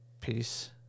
Peace